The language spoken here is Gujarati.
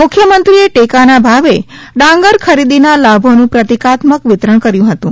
મુખ્યમંત્રીએ ટેકાના ભાવે ડાંગર ખરીદીના લાભોનુ પ્રતિકાત્મક વિતરણ કર્યુ હતુ